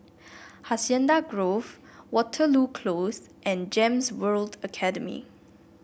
Hacienda Grove Waterloo Close and Gems World Academy